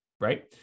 right